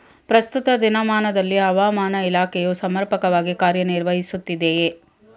ಪ್ರಸ್ತುತ ದಿನಮಾನದಲ್ಲಿ ಹವಾಮಾನ ಇಲಾಖೆಯು ಸಮರ್ಪಕವಾಗಿ ಕಾರ್ಯ ನಿರ್ವಹಿಸುತ್ತಿದೆಯೇ?